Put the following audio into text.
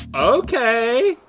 okay.